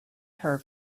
her